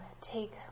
take